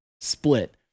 split